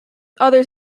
others